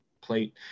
plate